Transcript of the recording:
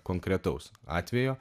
konkretaus atvejo